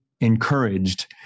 encouraged